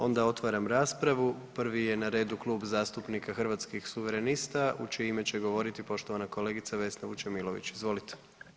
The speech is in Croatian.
Onda otvaram raspravu, prvi je na redu Klub zastupnika Hrvatskih suverenista u čije ime će govoriti poštovana kolegica Vesna Vučemilović, izvolite.